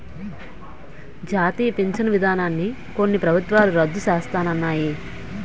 జాతీయ పించను విధానాన్ని కొన్ని ప్రభుత్వాలు రద్దు సేస్తన్నాయి